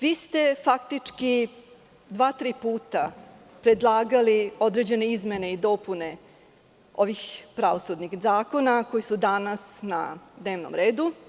Vi ste faktički dva, tri puta predlagali određene izmene i dopune ovih pravosudnih zakona koji su danas na dnevnom redu.